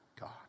God